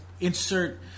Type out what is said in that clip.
insert